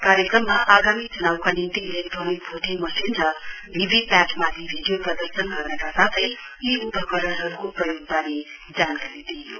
कार्यक्रममा आगामी चुनाउका निम्ति इलेक्ट्रोनिक भोटिङ मशिन र भीभीपीएटी माथि भिडियो प्रदर्शन गर्नका साथै यी उपकरणहरुको प्रयोगवारे जानकारी दिइयो